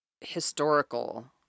historical